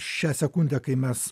šią sekundę kai mes